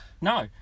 No